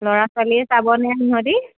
ল'ৰা ছোৱালীয়ে চাবনে সিহঁতি